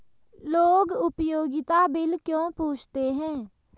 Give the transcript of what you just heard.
लोग उपयोगिता बिल क्यों पूछते हैं?